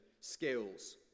skills